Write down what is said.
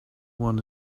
want